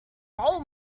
role